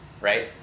right